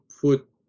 put